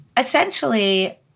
essentially